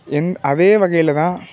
எந் அதே வகையில்தான்